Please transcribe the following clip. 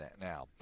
now